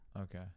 Okay